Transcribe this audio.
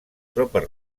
tropes